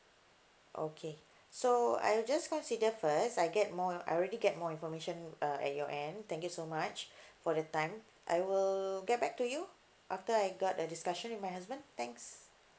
okay so I'll just consider first I get more I already get more information uh at your end thank you so much for the time I will get back to you after I got a discussion with my husband thanks